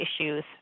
issues